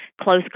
close